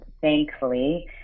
thankfully